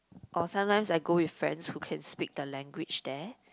or sometimes I go with friends who can speak the language there